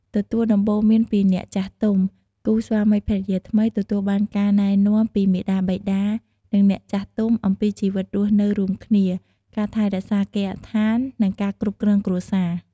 ទទួលដំបូន្មានពីអ្នកចាស់ទុំ គូស្វាមីភរិយាថ្មីទទួលបានការណែនាំពីមាតាបិតា និងអ្នកចាស់ទុំអំពីជីវិតរស់នៅរួមគ្នា ការថែរក្សាគេហដ្ឋាន និងការ គ្រប់គ្រងគ្រួសារ។